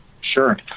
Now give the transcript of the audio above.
Sure